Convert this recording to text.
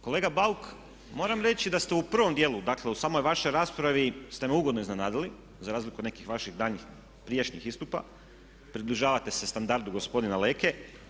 Kolega Bauk moram reći da ste u prvom djelu, dakle u samoj vašoj raspravi ste me ugodno iznenadili za razliku od nekih vaših daljnjih, prijašnjih istupa, približavate se standardu gospodina Leke.